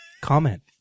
Comment